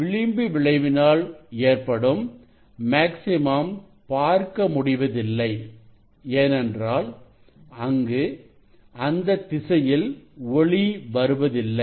விளிம்பு விளைவினால் ஏற்படும் மேக்ஸிமம் பார்க்க முடிவதில்லை ஏனென்றால் அங்கு அந்த திசையில் ஒளி வருவதில்லை